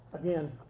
again